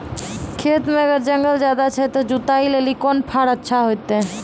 खेत मे अगर जंगल ज्यादा छै ते जुताई लेली कोंन फार अच्छा होइतै?